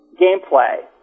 gameplay